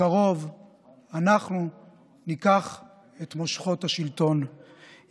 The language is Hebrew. בקרוב אנחנו ניקח את מושכות השלטון,